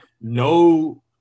no